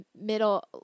Middle